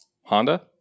Honda